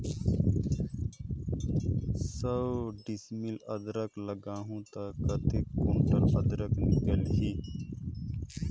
सौ डिसमिल अदरक लगाहूं ता कतेक कुंटल अदरक निकल ही?